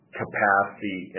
capacity